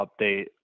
update